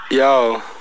Yo